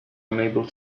unable